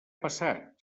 passat